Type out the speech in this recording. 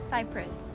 Cyprus